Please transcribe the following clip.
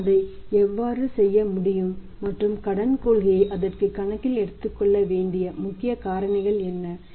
நாம் அதை எவ்வாறு செய்ய முடியும் மற்றும் கடன் கொள்கையை அதற்கு கணக்கில் எடுத்துக்கொள்ள வேண்டிய முக்கிய காரணிகள் என்ன